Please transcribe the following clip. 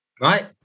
right